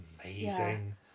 amazing